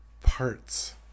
parts